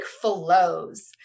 flows